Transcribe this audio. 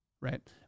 right